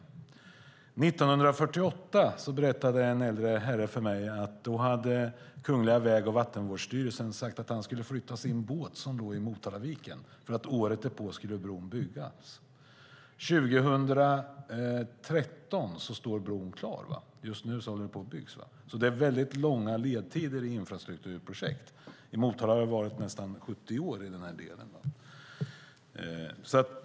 År 1948, berättade en äldre herre för mig, hade Kungl. Väg och Vattenbyggnadsstyrelsen sagt åt honom att flytta på sin båt som låg i Motalaviken, för året därpå skulle bron byggas. År 2013 står bron klar; den håller på att byggas. Det är alltså mycket långa ledtider i infrastrukturprojekt. I Motala har de för denna del varit nästan 70 år.